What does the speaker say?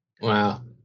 Wow